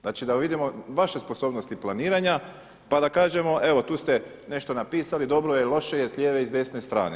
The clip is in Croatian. Znači da vidimo vaše sposobnosti planiranja pa da kažemo evo tu ste nešto napisali, dobro je, loše je i s lijeve i s desne strane.